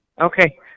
Okay